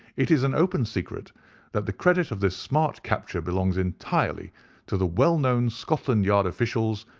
it is an open secret that the credit of this smart capture belongs entirely to the well-known scotland yard officials,